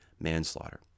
manslaughter